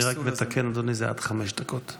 אני פשוט הסכמתי ללא היסוס.